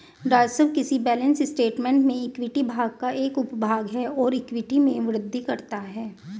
राजस्व किसी balance statement में इक्विटी भाग का एक उपभाग है और इक्विटी में वृद्धि करता है